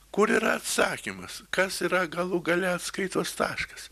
kur yra atsakymas kas yra galų gale atskaitos taškas